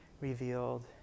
revealed